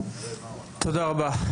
תודה רבה.